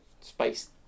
space